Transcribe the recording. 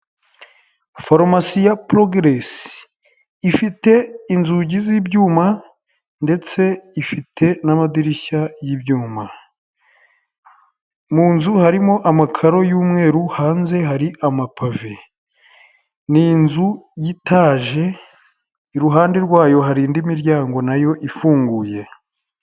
Foromasi ya porogeresi ifite inzugi z'ibyuma ndetse ifite n'amadirishya y'ibyuma, mu nzu harimo amakaro y'umweru, hanze hari amapave ni inzu y'itaje, iruhande rwayo hari indi miryango nayo ifunguye.